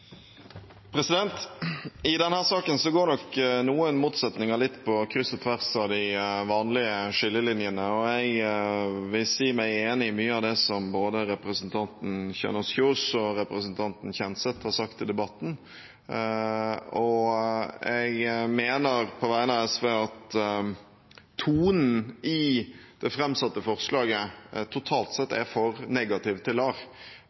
I denne saken går nok noen motsetninger litt på kryss og tvers av de vanlige skillelinjene, og jeg vil si meg enig i mye av det som både representanten Kjønaas Kjos og representanten Kjenseth har sagt i debatten. Jeg mener, på vegne av SV, at tonen i det framsatte forslaget totalt sett er for negativ til LAR.